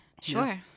Sure